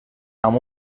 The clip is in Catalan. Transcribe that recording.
amb